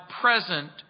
present